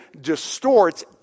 distorts